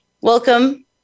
Welcome